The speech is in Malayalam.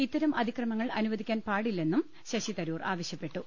ഇത്തരം അതിക്രമങ്ങൾ അനുവദിക്കാൻ പാടി ല്ലെന്നും ശശിതരൂർ ആവശ്യപ്പെട്ടു